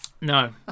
No